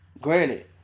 Granted